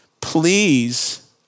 please